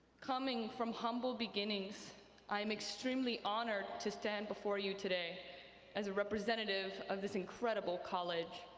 coming from humble beginnings i am extremely honored to stand before you today as a representative of this incredible college.